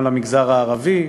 גם למגזר הערבי,